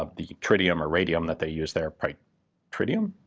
ah the tritium or radium that they used there probably tritium,